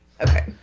okay